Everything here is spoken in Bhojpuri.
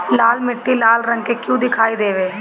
लाल मीट्टी लाल रंग का क्यो दीखाई देबे?